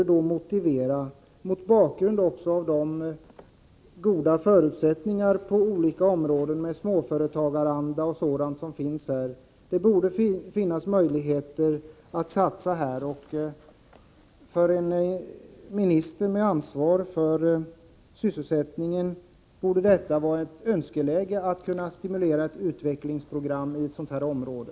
Mot bakgrund av de goda förutsättningar i olika avseenden — småföretagaranda och annat — som finns i inre Småland och södra Östergötland bör det vara möjligt att satsa i denna region. För en minister med ansvar för sysselsättningen borde det vara ett önskeläge att kunna medverka till att ett utvecklingsprogram kommer till stånd i ett sådant här område.